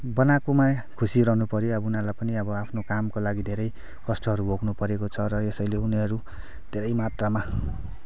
बनाएकोमा खुसी रहनु पऱ्यो अब उनीहरूलाई पनि आफ्नो कामको लागि धेरै कष्टहरू भोग्नु परेको छ र यसैले उनीहरू धेरै मात्रामा